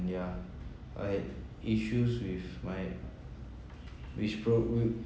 yeah I had issues with my which probably